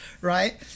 right